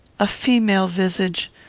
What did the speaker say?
a female visage,